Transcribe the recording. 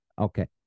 Okay